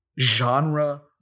genre